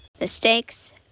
Mistakes